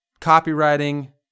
Copywriting